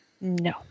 No